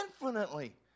Infinitely